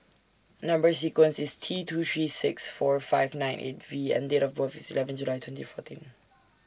Number sequence IS T two three six four five nine eight V and Date of birth IS eleventh July twenty fourteen